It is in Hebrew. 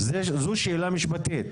זו שאלה משפטית.